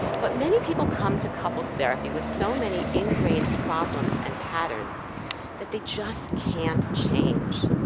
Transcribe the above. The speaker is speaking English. but many people come to couples therapy with so many ingrained problems and patterns that they just can't change.